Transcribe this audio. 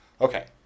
okay